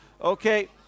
Okay